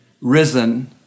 risen